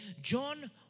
John